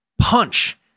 punch